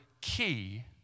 key